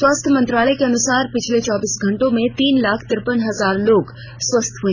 स्वास्थ्य मंत्रालय के अनुसार पिछले चौबीस घंटो में तीन लाख तिरपन हजार लोग स्वस्थ हुए